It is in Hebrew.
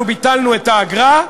אנחנו ביטלנו את האגרה,